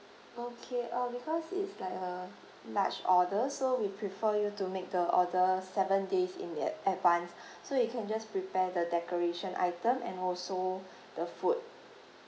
okay uh because it's like a large order so we prefer you to make the order seven days in ye~ advance so we can just prepare the decoration item and also the food